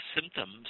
symptoms